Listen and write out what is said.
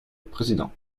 président